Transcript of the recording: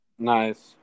nice